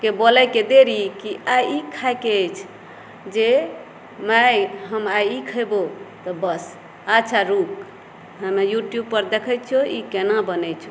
के बोलयके देरी की आइ ई खायके अछि जे माय हम आइ ई खेबौ तऽ बस अच्छा रूक हमे यूट्यूब पर देखे छियौ ई केना बनै छै